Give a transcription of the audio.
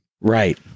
Right